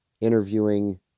interviewing